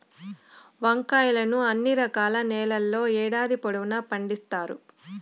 వంకాయలను అన్ని రకాల నేలల్లో ఏడాది పొడవునా పండిత్తారు